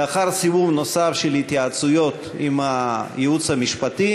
לאחר סיבוב נוסף של התייעצויות עם הייעוץ המשפטי